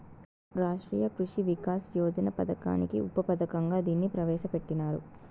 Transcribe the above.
రాష్ట్రీయ కృషి వికాస్ యోజన పథకానికి ఉప పథకంగా దీన్ని ప్రవేశ పెట్టినారు